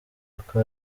uko